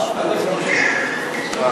עדיף לא לשמוע.